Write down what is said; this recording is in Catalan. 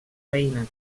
veïnes